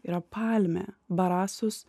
yra palmė barasus